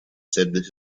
said